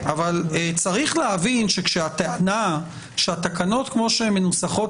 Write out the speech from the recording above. אבל צריך להבין שכשהטענה שהתקנות כמו שהן מנוסחות